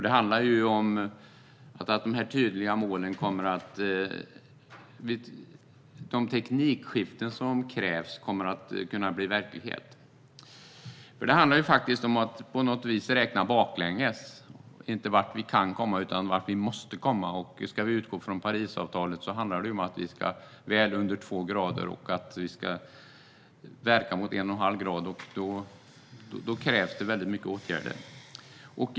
Det handlar om att de här tydliga målen gör att de teknikskiften som krävs kommer att kunna bli verklighet. Det handlar faktiskt om att på något vis räkna baklänges, alltså inte hur långt vi kan nå utan hur långt vi måste nå. Ska vi utgå från Parisavtalet handlar det om att vi ska väl under två grader och verka mot en och en halv grad. Då krävs många åtgärder.